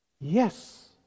Yes